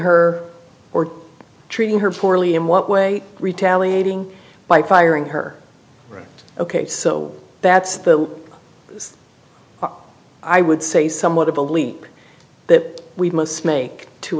her or treating her poorly in what way retaliating by firing her right ok so that's the i would say somewhat of a leap that we must make to